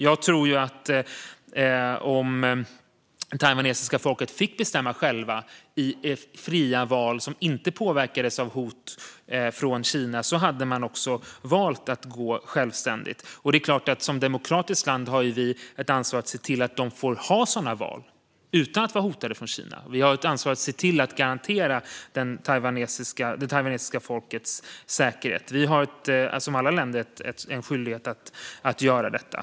Jag tror att om det taiwanesiska folket fick bestämma självt i fria val som inte påverkades av hot från Kina hade man också valt att vara självständigt. Det är klart att vi som demokratiskt land har ett ansvar att se till att de får ha sådana val utan att vara hotade av Kina. Vi har ett ansvar att se till att garantera det taiwanesiska folkets säkerhet. Vi har, som alla länder, en skyldighet att göra detta.